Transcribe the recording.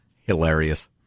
Hilarious